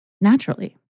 naturally